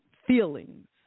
feelings